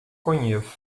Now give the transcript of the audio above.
conheço